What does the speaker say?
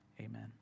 Amen